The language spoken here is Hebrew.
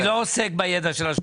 אני לא עוסק בידע של השופטים.